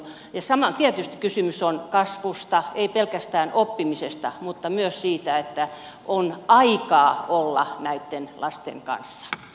samalla tietysti kysymys on kasvusta ei pelkästään oppimisesta mutta myös siitä että on aikaa olla näitten lasten kanssa